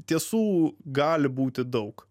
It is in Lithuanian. tiesų gali būti daug